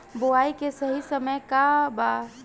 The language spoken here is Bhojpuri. बुआई के सही समय का वा?